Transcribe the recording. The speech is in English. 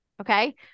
Okay